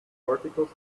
particles